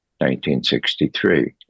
1963